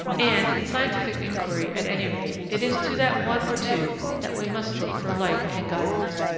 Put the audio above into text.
and, in scientific inquiry, at any rate, it is to that one or two that we must look for light and guidance.